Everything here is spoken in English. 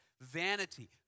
Vanity